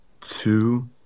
two